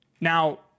Now